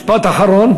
משפט אחרון.